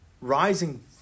Rising